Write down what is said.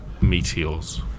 Meteors